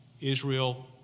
Israel